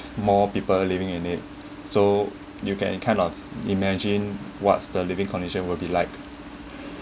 more people living in it so you can kind of imagine what's the living condition will be like